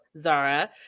Zara